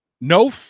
No